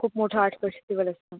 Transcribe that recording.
खूप मोठं art festival असतं